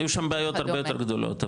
היו שם בעיות הרבה יותר גדולות,